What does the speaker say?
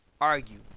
argue